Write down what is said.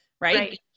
right